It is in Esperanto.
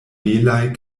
belaj